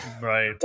Right